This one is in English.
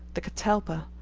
the catalpa,